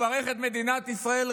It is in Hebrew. ברך את מדינת ישראל,